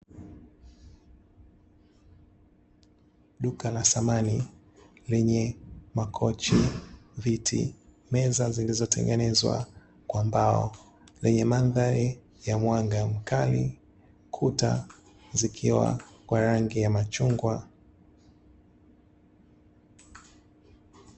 Duka la samani lenye makochi, viti, meza zilizotengenezwa kwa mbao lenye mandhari ya mwanga mkali, kuta zikiwa kwa rangi ya machungwa.